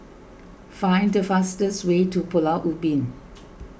find the fastest way to Pulau Ubin